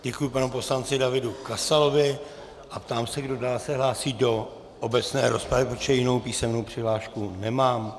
Děkuji panu poslanci Davidu Kasalovi a ptám se, kdo dál se hlásí do obecné rozpravy, protože jinou písemnou přihlášku nemám.